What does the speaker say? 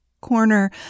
corner